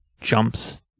jumps